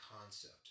concept